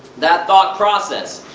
that thought process,